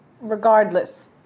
Regardless